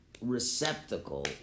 receptacle